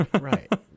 Right